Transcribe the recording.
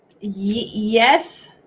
Yes